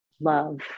love